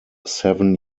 seven